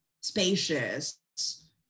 spacious